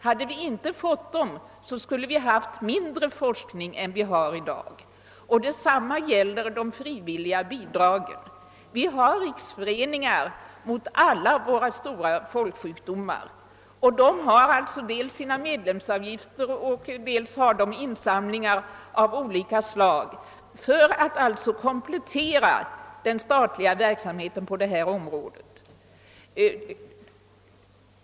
Hade vi inte fått dem skulle vi haft mindre forskning än i dag. Detsamma gäller de frivilliga bidragen. Vi har riksföreningar mot alla våra stora folksjukdomar. Dessa föreningar har dels sina medlemsavgifter, dels insamlingar av olika slag för att komplettera den statliga verksamheten på detta område.